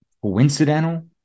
coincidental